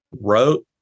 wrote